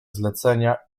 zlecenia